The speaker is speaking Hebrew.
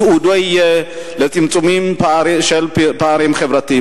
ייעודו יהיה לצמצום של פערים חברתיים.